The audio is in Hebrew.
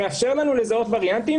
זה מאפשר לנו לזהות וריאנטים,